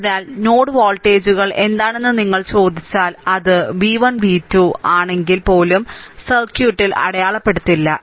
അതിനാൽ നോഡ് വോൾട്ടേജുകൾ എന്താണെന്ന് നിങ്ങൾ ചോദിച്ചാൽ അത് v 1 v 2 ആണെങ്കിൽ പോലും സർക്യൂട്ടിൽ അടയാളപ്പെടുത്തില്ല